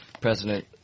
president